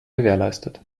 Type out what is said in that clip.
gewährleistet